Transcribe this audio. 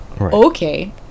okay